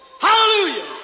Hallelujah